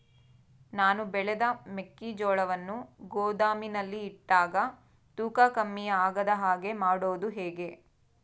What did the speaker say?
ನಾನು ಬೆಳೆದ ಮೆಕ್ಕಿಜೋಳವನ್ನು ಗೋದಾಮಿನಲ್ಲಿ ಇಟ್ಟಾಗ ತೂಕ ಕಮ್ಮಿ ಆಗದ ಹಾಗೆ ಮಾಡೋದು ಹೇಗೆ?